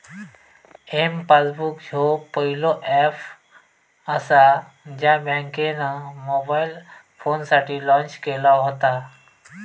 M passbook ह्यो पहिलो app असा ज्या बँकेन मोबाईल फोनसाठी लॉन्च केला व्हता